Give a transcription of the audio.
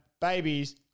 babies